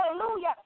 hallelujah